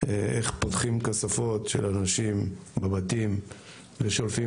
איך פותחים כספות של אנשים בבתים ושולפים